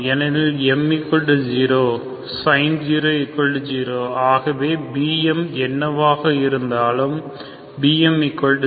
ஏனெனில் m0 Sine 0 0 ஆகவே bm என்னவாக இருந்தாலும் bm0